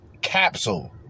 Capsule